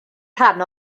rhan